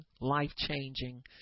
life-changing